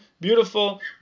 beautiful